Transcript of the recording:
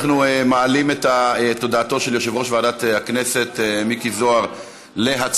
אנחנו מעלים את הודעתו של יושב-ראש ועדת הכנסת מיקי זוהר להצבעה.